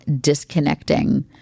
disconnecting